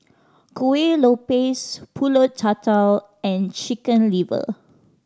Kuih Lopes Pulut Tatal and Chicken Liver